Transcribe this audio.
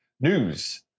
news